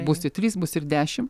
būs ir trys bus ir dešimt